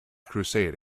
crusade